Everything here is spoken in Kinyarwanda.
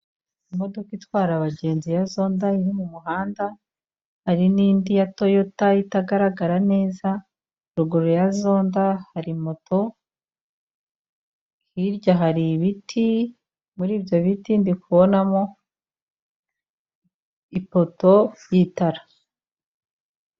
Imodoka itwara abagenzi ya zonda iri mu muhanda hari n'indi ya toyota itagaragara neza ruguru ya zonda hari moto hirya hari ibiti muri ibyo biti ndikubonamo ipoto y'itara.